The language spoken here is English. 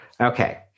Okay